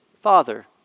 Father